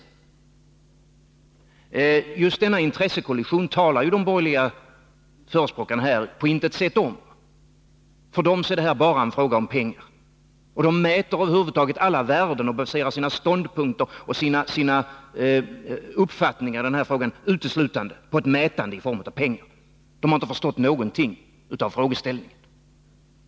De borgerliga förespråkarna här talar ju på intet sätt om just denna intressekollision. För dem är detta bara en fråga om pengar. De grundar över huvud taget alla värden och baserar sina ståndpunkter och uppfattningar i den här frågan uteslutande på ett mätande i form av pengar. De har inte förstått någonting av frågeställningen.